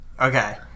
Okay